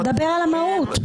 תדבר על המהות.